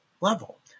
level